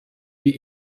wie